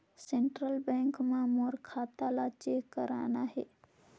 Central bank मां मोर खाता ला चेक करना हे?